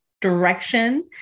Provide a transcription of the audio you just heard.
Direction